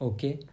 Okay